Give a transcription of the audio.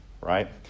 right